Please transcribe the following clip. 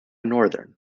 northern